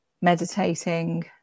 meditating